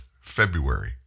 February